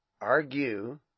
argue